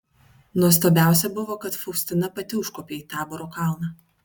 nuostabiausia buvo kad faustina pati užkopė į taboro kalną